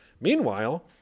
Meanwhile